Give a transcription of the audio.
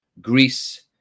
Greece